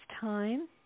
time